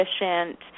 efficient